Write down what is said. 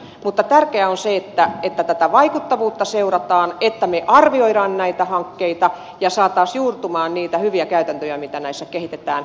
mutta tärkeää on se että tätä vaikuttavuutta seurataan että me arvioimme näitä hankkeita ja saisimme juurtumaan niitä hyviä käytäntöjä mitä näissä kehitetään